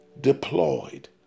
deployed